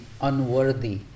unworthy